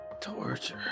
torture